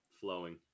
flowing